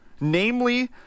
namely